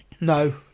No